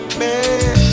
man